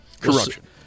Corruption